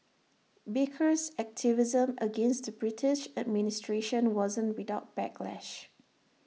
baker's activism against the British administration wasn't without backlash